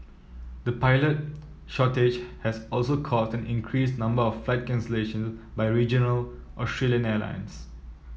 the pilot shortage has also caused an increased number of flight cancellations by regional Australian airlines